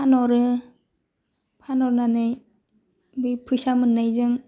फानहरो फानहरनानै बे फैसा मोननायजों